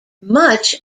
much